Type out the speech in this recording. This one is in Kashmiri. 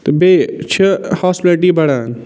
تہٕ بیٚیہِ چھِ ہاسپِٹَلٹی بڑان